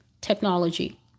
technology